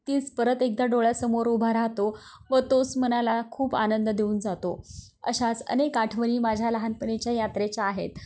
तीच परत एकदा डोळ्यासमोर उभा राहतो व तोच मनाला खूप आनंद देऊन जातो अशाच अनेक आठवणी माझ्या लहानपणीच्या यात्रेच्या आहेत